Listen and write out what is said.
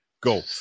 go